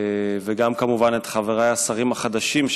גם כמובן את חבריי השרים החדשים,